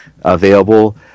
available